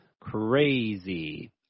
Crazy